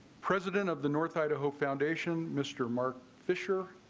president of the north idaho foundation mr. mark fisher